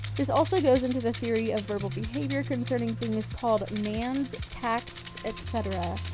this also goes into the theory of verbal behavior concerning things called mands, tacts, etc,